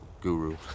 guru